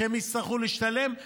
שהם יצטרכו להשתלם,